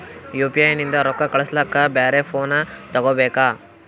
UPI ನಿಂದ ರೊಕ್ಕ ಕಳಸ್ಲಕ ಬ್ಯಾರೆ ಫೋನ ತೋಗೊಬೇಕ?